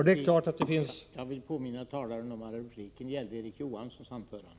Jag vill påminna talaren om att repliken gällde Erik Johanssons anförande.